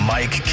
Mike